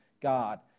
God